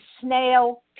snail